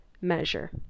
measure